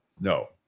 No